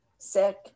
sick